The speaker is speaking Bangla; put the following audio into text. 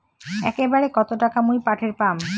একবারে কত টাকা মুই পাঠের পাম?